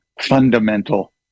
fundamental